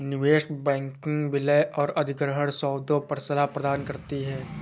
निवेश बैंकिंग विलय और अधिग्रहण सौदों पर सलाह प्रदान करती है